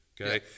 Okay